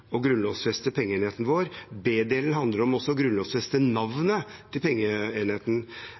å grunnlovfeste pengeenheten vår. B-delen handler om også å grunnlovfeste navnet til pengeenheten.